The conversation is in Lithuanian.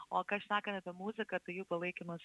o ką šnekant apie muziką tai jų palaikymas